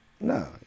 No